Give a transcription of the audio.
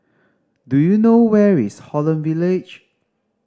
do you know where is Holland Village